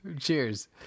Cheers